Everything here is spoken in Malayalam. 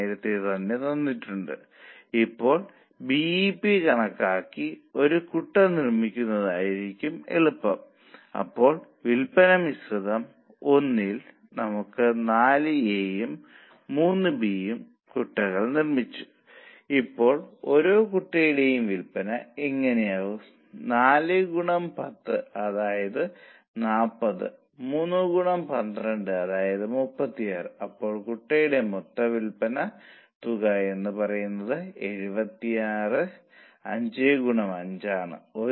വേരിയബിൾ ഓവർഹെഡുകളെ സംബന്ധിച്ചിടത്തോളം വേരിയബിൾ ഓവർഹെഡുകളെയും വേരിയബിൾ ഓവർഹെഡുകളുടെ നിരക്കിനെയും ഇത് ബാധിക്കില്ലെന്ന് അവർ പറഞ്ഞിട്ടുണ്ട് എന്നാൽ ഒന്നിന്റെ ആകെ തുക മാറും കാരണം അത് 2 മണിക്കൂർ ആയതിനാൽ 2